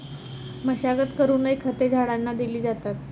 मशागत करूनही खते झाडांना दिली जातात